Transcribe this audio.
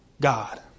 God